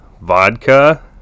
vodka